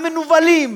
המנוולים